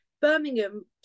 birmingham